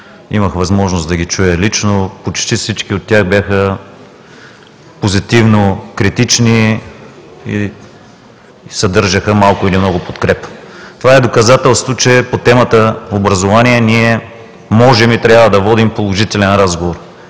имах възможност да ги чуя лично. Почти всички от тях бяха позитивно критични и съдържаха малко или много подкрепа. Това е доказателство, че по темата образование ние можем и трябва да водим положителен разговор,